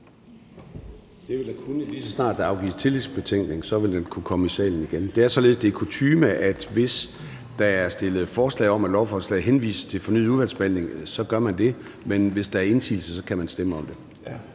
Det vil den kunne, lige så snart der afgives tillægsbetænkning. Så vil den kunne komme i salen igen. Det er således, at det er kutyme, at hvis der er stillet forslag om, at lovforslag henvises til fornyet udvalgsbehandling, så gør man det, men hvis der er indsigelse, kan man stemme om det.